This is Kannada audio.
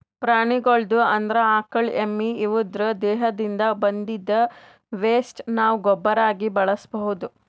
ಪ್ರಾಣಿಗಳ್ದು ಅಂದ್ರ ಆಕಳ್ ಎಮ್ಮಿ ಇವುದ್ರ್ ದೇಹದಿಂದ್ ಬಂದಿದ್ದ್ ವೆಸ್ಟ್ ನಾವ್ ಗೊಬ್ಬರಾಗಿ ಬಳಸ್ಬಹುದ್